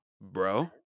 Bro